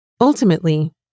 Ultimately